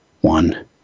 one